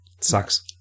sucks